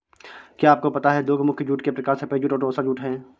क्या आपको पता है दो मुख्य जूट के प्रकार सफ़ेद जूट और टोसा जूट है